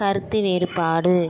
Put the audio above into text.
கருத்து வேறுபாடு